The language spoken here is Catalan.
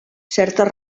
certes